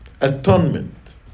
atonement